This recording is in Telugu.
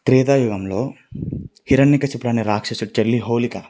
త్రేతా యుగంలో హిరణ్యకసిపుడు అనే రాక్షసుడి చెల్లి హోళిక